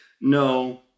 no